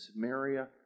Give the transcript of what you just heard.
Samaria